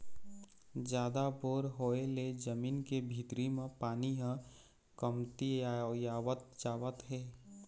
जादा बोर होय ले जमीन के भीतरी म पानी ह कमतियावत जावत हे